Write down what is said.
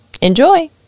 Enjoy